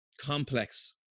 complex